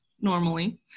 normally